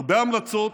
הרבה המלצות,